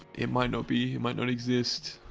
it might not be, it might not exist.